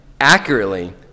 accurately